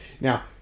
Now